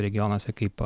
regionuose kaip